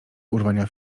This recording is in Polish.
urwania